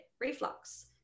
reflux